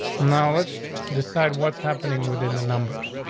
now let's decide what's happening within the numbers.